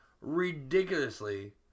ridiculously